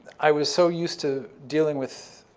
i was so used to dealing with,